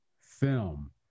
film